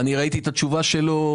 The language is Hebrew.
ראיתי את התשובה שלו,